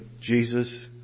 Jesus